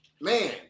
man